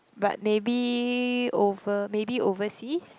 but maybe over maybe overseas